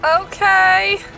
Okay